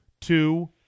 two